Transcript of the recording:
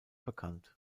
bekannt